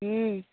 हूँ